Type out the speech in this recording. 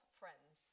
friends